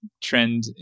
trend